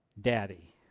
Daddy